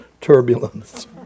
turbulence